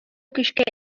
көчкә